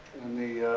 in the.